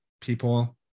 people